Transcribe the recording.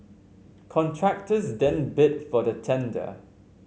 contractors then bid for the tender